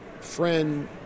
friend